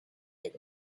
take